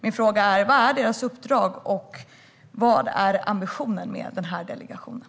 Min fråga är: Vad är denna delegations uppdrag, och vad är ambitionen med delegationen?